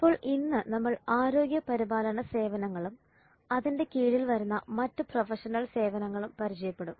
അപ്പോൾ ഇന്ന് നമ്മൾ ആരോഗ്യ പരിപാലന സേവനങ്ങളും അതിന്റെ കീഴിൽ വരുന്ന മറ്റു പ്രൊഫഷണൽ സേവനങ്ങളും പരിചയപ്പെടും